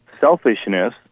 selfishness